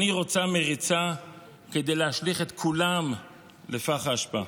אני רוצה מריצה כדי להשליך את כולם לפח האשפה.